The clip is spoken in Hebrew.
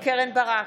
קרן ברק,